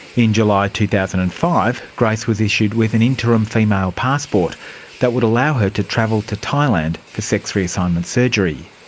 in july two thousand and five, grace was issued with an interim female passport that would allow her to travel to thailand for sex reassignment surgery.